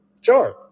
Sure